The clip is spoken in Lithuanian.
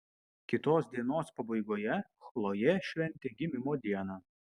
kitos dienos pabaigoje chlojė šventė gimimo dieną